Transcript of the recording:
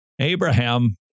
Abraham